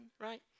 right